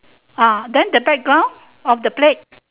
ah then the background of the plate